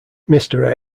mister